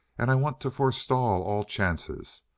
and i want to forestall all chances.